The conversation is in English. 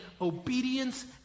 obedience